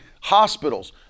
hospitals